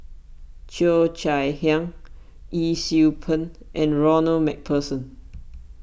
Cheo Chai Hiang Yee Siew Pun and Ronald MacPherson